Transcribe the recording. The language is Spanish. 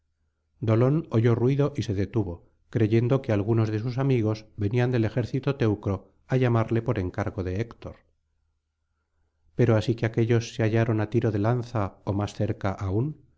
dolón oyó ruido y se detuvo creyendo que algunos de sus amigos venían del ejército teucro á llamarle por encargo de héctor pero así que aquéllos se hallaron á tiro de lanza ó más cerca aún